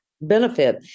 benefit